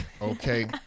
Okay